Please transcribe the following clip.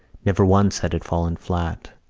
never once had it fallen flat.